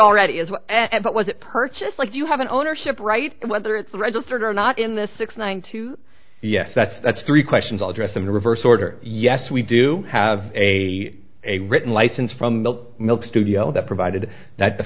already is and what was it purchased like you have an ownership rights whether it's registered or not in the six one two yes that's that's three questions i'll address them in reverse order yes we do have a a written license from milk milk studio that provided that